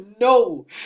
no